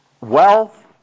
wealth